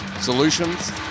solutions